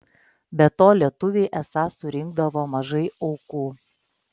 be to lietuviai esą surinkdavo mažai aukų